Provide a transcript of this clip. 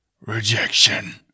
Rejection